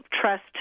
trust